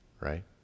Right